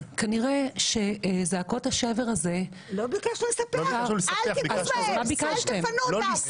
כנראה שזעקות השבר הזה- - אל תגרשו אותם.